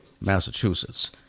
Massachusetts